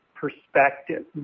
perspective